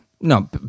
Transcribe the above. No